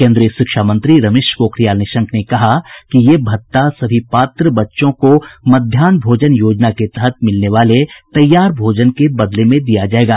केन्द्रीय शिक्षा मंत्री रमेश पोखरियाल निशंक ने कहा कि ये भत्ता सभी पात्र बच्चों को मध्यान्ह भोजन योजना के तहत मिलने वाले तैयार भोजन के बदले में दिया जाएगा